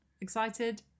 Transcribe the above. Excited